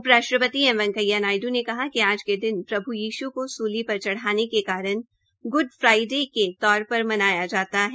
उप राष्ट्रपति एम वैकेंया नायड् ने कहा कि आज के दिन प्रभ् यीश् को सूली पर चढ़ाने के कारण ग्ड फ्राईडे के तौर पर मनाया जाता है